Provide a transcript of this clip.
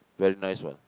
very nice what